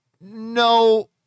No